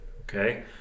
okay